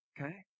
okay